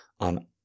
on